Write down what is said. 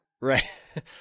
Right